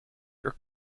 your